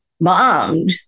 bombed